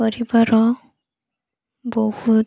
କରିବାର ବହୁତ